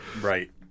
Right